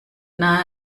nah